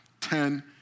Ten